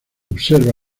observa